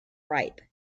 ripe